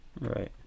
Right